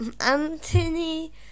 Anthony